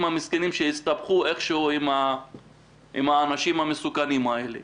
המסכנים שהסתבכו איכשהו עם האנשים המסוכנים האלה,